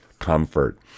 comfort